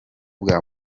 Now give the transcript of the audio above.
bwa